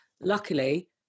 luckily